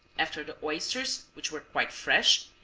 after the oysters, which were quite fresh,